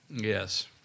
Yes